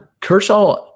Kershaw